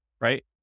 right